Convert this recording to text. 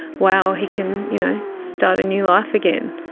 wow, he can you know start a new life again.